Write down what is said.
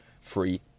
free